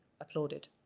applauded